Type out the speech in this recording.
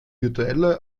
virtuelle